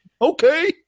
okay